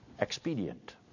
expedient